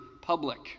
public